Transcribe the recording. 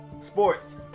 sports